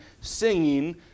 singing